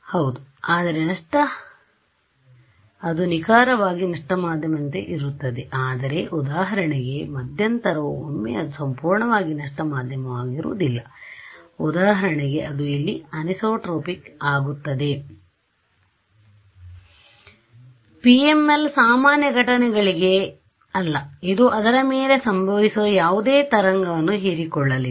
ಹೌದು ಆದರೆ ನಷ್ಟ ಹೌದು ಅದು ನಿಖರವಾಗಿ ನಷ್ಟ ಮಾಧ್ಯಮದಂತೆ ಇರುತ್ತದೆ ಆದರೆ ಉದಾಹರಣೆಗೆ ಮಧ್ಯಂತರವು ಒಮ್ಮೆ ಅದು ಸಂಪೂರ್ಣವಾಗಿ ನಷ್ಟ ಮಾಧ್ಯಮವಾಗುವುದಿಲ್ಲ ಉದಾಹರಣೆಗೆ ಅದು ಇಲ್ಲಿ ಅನಿಸೊಟ್ರೊಪಿಕ್ ಆಗುತ್ತದೆ ಆದ್ದರಿಂದ ಈ PML ಸಾಮಾನ್ಯ ಘಟನೆಗಳಿಗೆ ಅಲ್ಲ ಇದು ಅದರ ಮೇಲೆ ಸಂಭವಿಸುವ ಯಾವುದೇ ತರಂಗವನ್ನು ಹೀರಿಕೊಳ್ಳಲಿದೆ